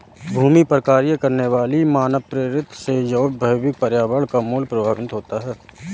भूमि पर कार्य करने वाली मानवप्रेरित से जैवभौतिक पर्यावरण का मूल्य प्रभावित होता है